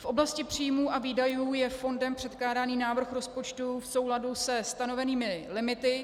V oblasti příjmů a výdajů je fondem předkládaný návrh rozpočtu v souladu se stanovenými limity.